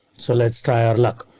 so let's try our luck.